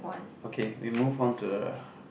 okay we move on to the